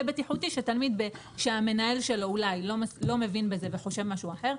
בטיחותי שתלמיד שהמנהל שלו אולי לא מבין בזה וחושב משהו אחר,